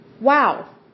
wow